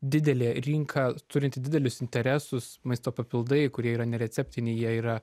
didelė rinka turinti didelius interesus maisto papildai kurie yra nereceptiniai jie yra